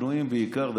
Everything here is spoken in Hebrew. בנויים בעיקר,